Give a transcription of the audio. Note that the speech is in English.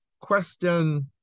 question